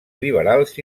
liberals